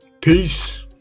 Peace